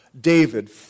David